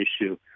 issue